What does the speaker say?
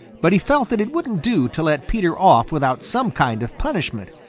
but he felt that it wouldn't do to let peter off without some kind of punishment,